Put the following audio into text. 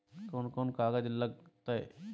कौन कौन कागज लग तय?